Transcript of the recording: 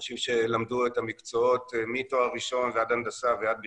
אנשים שלמדו את המקצועות מתואר ראשון ועד הנדסה ועד בכלל,